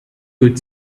could